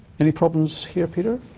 any problems here, peter,